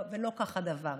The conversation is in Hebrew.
ולא כך הדבר.